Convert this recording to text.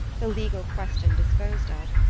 the legal question disposed of,